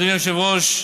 אדוני היושב-ראש,